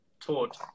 taught